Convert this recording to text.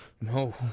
No